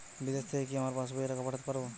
বিদেশ থেকে কি আমার পাশবইয়ে টাকা পাঠাতে পারবে?